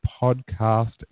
podcast